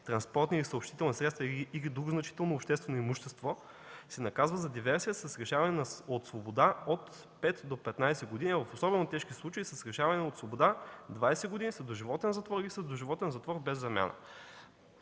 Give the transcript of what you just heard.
транспортни или съобщителни средства или друго значително обществено имущество, се наказва за диверсия с лишаване от свобода от пет до петнадесет години, а в особено тежки случаи – с лишаване от свобода двадесет години, с доживотен затвор или с доживотен затвор без замяна”.